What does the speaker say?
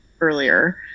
earlier